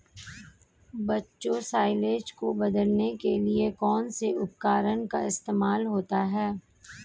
बच्चों साइलेज को बदलने के लिए कौन से उपकरण का इस्तेमाल होता है?